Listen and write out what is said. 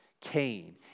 Cain